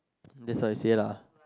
that's what I say lah